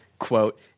Quote